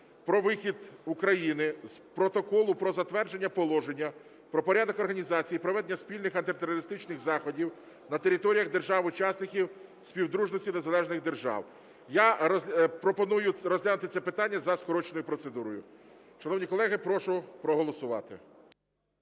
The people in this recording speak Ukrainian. про вихід України з Протоколу про затвердження Положення про порядок організації і проведення спільних антитерористичних заходів на територіях держав - учасниць Співдружності Незалежних Держав. Я пропоную розглянути це питання за скороченою процедурою. Шановні колеги, прошу проголосувати.